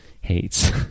hates